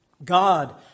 God